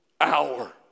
hour